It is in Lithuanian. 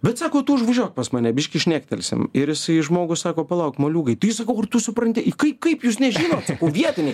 bet sako tu užvažiuok pas mane biškį šnektelsim ir jisai žmogus sako palauk moliūgai tai sakau ar tu supranti kaip kaip jūs nežinot vietiniai